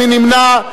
מי נמנע?